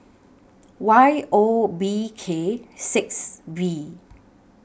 Y O B K six V